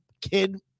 kid